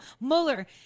Mueller